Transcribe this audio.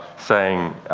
saying,